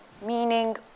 meaning